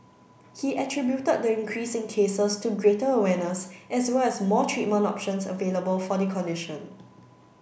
he attributed the increase in cases to greater awareness as well as more treatment options available for the condition